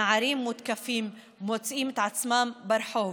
נערים מוצאים את עצמם מותקפים ברחוב.